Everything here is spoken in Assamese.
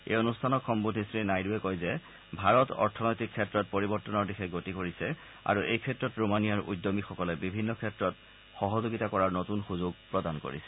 এই অনুষ্ঠানক সম্বোধি শ্ৰীনাইডুৱে কয় যে ভাৰত অৰ্থনৈতিক ক্ষেত্ৰত পৰিৱৰ্তনৰ দিশে গতি কৰিছে আৰু এই ক্ষেত্ৰত ৰোমানিয়াৰ উদ্যমীসকলে বিভিন্ন ক্ষেত্ৰত সহযোগিতা কৰাৰ নতূন সূযোগ প্ৰদান কৰিছে